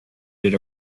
did